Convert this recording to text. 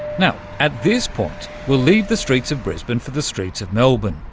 now, at this point we'll leave the streets of brisbane for the streets of melbourne.